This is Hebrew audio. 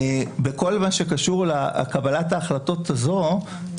בכל מה שקשור לקבלת ההחלטות האלה,